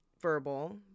verbal